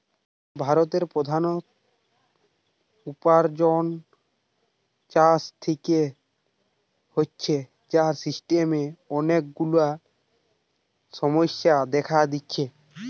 ভারতের প্রধান উপার্জন চাষ থিকে হচ্ছে, যার সিস্টেমের অনেক গুলা সমস্যা দেখা দিচ্ছে